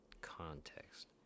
context